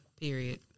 period